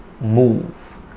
move